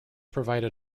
provides